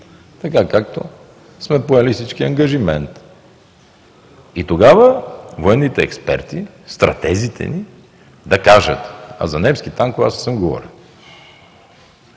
така както сме поели всички ангажимент. И тогава военните експерти, стратезите ни да кажат, а за немски танкове аз не съм говорил,